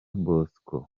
bosco